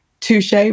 touche